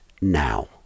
now